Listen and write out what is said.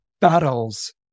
battles